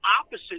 opposite